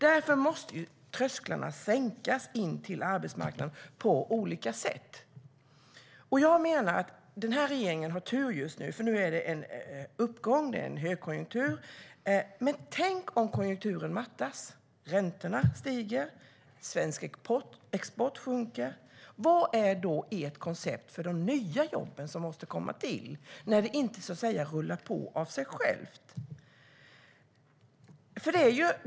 Därför måste trösklarna in till arbetsmarknaden sänkas på olika sätt. Den här regeringen har tur. Nu är det en uppgång, och det är en högkonjunktur. Men tänk om konjunkturen mattas, räntorna stiger och svensk export sjunker. Vad är då ert koncept för de nya jobb som måste skapas när det inte rullar på av sig självt?